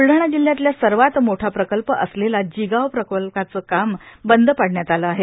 ब्लडाणा जिल्ह्यातला सर्वात मोठा प्रकल्प असलेल्या जिगाव प्रकल्पाचं काम बंद पाडण्यात आलं आहे